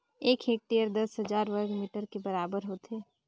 एक हेक्टेयर दस हजार वर्ग मीटर के बराबर होथे